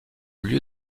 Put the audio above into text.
lieu